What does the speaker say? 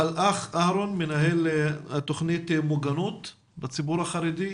המועצה לשלום הילד, הנציגה של המועצה רצתה לדבר.